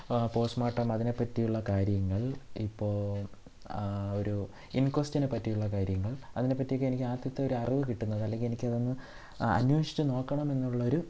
postmortem അതിനെ പറ്റിയുള്ള കാര്യങ്ങൾ ഇപ്പോൾ ഒരു ഇൻകോസ്റ്റിനെ പറ്റിയുള്ള കാര്യങ്ങൾ അതിനെ പറ്റിയൊക്കെ എനിക്ക് ആദ്യത്തെ ഒരു അറിവ് കിട്ടുന്നത് അല്ലെങ്കിൽ എനിക്ക് അത് ഒന്ന് അന്വേഷിച്ചു നോക്കണമെന്നുള്ള ഒരു